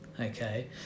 okay